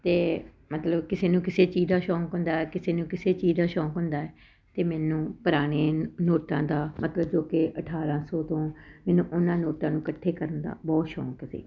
ਅਤੇ ਮਤਲਬ ਕਿਸੇ ਚੀਜ਼ ਦਾ ਸ਼ੌਂਕ ਹੁੰਦਾ ਕਿਸੇ ਨੂੰ ਕਿਸੇ ਚੀਜ਼ ਦਾ ਸ਼ੌਂਕ ਹੁੰਦਾ ਹੈ ਤਾਂ ਮੈਨੂੰ ਪੁਰਾਣੇ ਨੋਟਾਂ ਦਾ ਮਤਲਵ ਜੋ ਕਿ ਅਠਾਰ੍ਹਾਂ ਸੌ ਤੋਂ ਮੈਨੂੰ ਉਹਨਾਂ ਨੋਟਾਂ ਨੂੰ ਇਕੱਠੇ ਕਰਨ ਦਾ ਬਹੁਤ ਸ਼ੌਂਕ ਸੀ